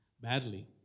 badly